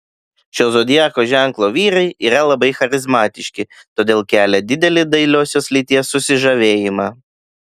šio zodiako ženklo vyrai yra labai charizmatiški todėl kelia didelį dailiosios lyties susižavėjimą